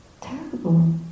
terrible